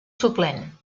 suplent